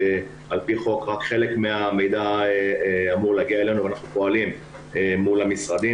שעל-פי חוק רק חלק מהמידע אמור להגיע אלינו ואנחנו פועלים מול המשרדים,